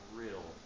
real